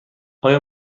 آیا